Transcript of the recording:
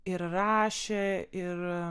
ir rašė ir